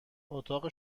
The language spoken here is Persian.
اتاق